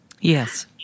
Yes